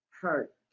hurt